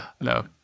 No